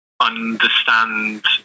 understand